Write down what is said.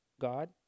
God